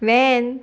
van